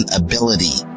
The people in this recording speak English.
ability